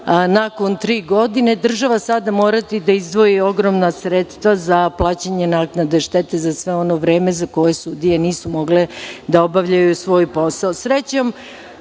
nakon tri godine, država sada morati da izdvoji ogromna sredstva za plaćanje naknade štete za sve ono vreme za koje sudije nisu mogle da obavljaju svoj posao. Srećom,